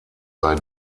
sei